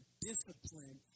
discipline